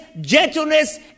gentleness